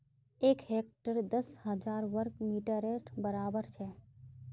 एक हेक्टर दस हजार वर्ग मिटरेर बड़ाबर छे